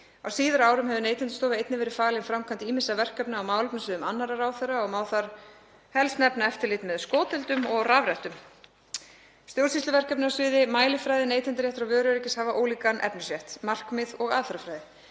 Á síðari árum hefur Neytendastofu einnig verið falin framkvæmd ýmissa verkefna á málefnasviðum annarra ráðherra og má þar helst nefna eftirlit með skoteldum og rafrettum. Stjórnsýsluverkefni á sviði mælifræði, neytendaréttar og vöruöryggis hafa ólíkan efnisrétt, markmið og aðferðafræði.